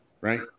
right